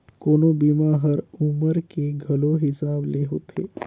कोनो बीमा हर उमर के घलो हिसाब ले होथे